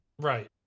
Right